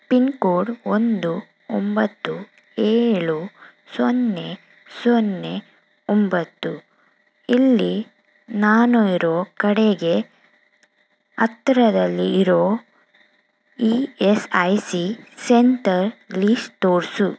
pin code ಒಂದು ಒಂಬತ್ತು ಏಳು ಸೊನ್ನೆ ಸೊನ್ನೆ ಒಂಬತ್ತು ಇಲ್ಲಿ ನಾನು ಇರೋ ಕಡೆಗೆ ಹತ್ತಿರದಲ್ಲಿ ಇರೋ E S I C centre list ತೋರಿಸು